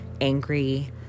angry